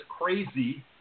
crazy